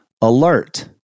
alert